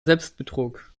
selbstbetrug